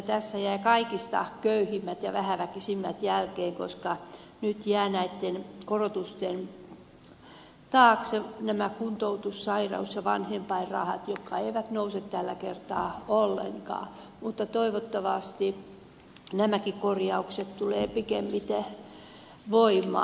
tässä jäävät kaikista köyhimmät ja vähäväkisimmät jälkeen koska nyt jäävät näitten korotusten taakse nämä kuntoutus sairaus ja vanhempainrahat jotka eivät nouse tällä kertaa ollenkaan mutta toivottavasti nämäkin korjaukset tulevat pikimmiten voimaan